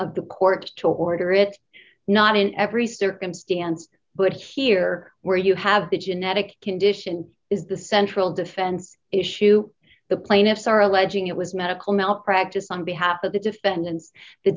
of the court to order it not in every circumstance but here where you have the genetic condition is the central defense issue the plaintiffs are alleging it was medical malpractise on behalf of the defendants the